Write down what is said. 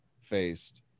faced